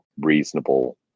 reasonable